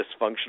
dysfunctional